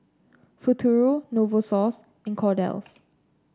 Futuro Novosource and Kordel's